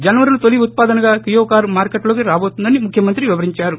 జనవరిలో తొలి ఉత్పాదనగా కియా కారు మార్కెట్లోకి రాబోతుందని ముఖ్యమంత్రి వివరించారు